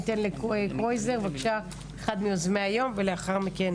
אני אתן לקרויזר אחד מיוזמי היום ולאחר מכן